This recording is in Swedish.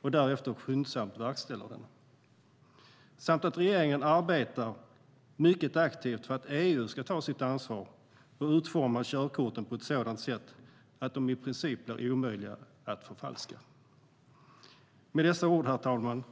och därefter skyndsamt verkställer den samt att regeringen arbetar mycket aktivt för att EU ska ta sitt ansvar och utforma körkorten på ett sådant sätt att de i princip är omöjliga att förfalska. Herr talman!